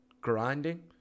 grinding